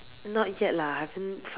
not yet lah I haven't